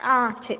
ஆ சரி